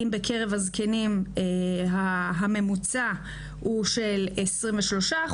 אם בקרב הזקנים הממוצע הוא של 23%,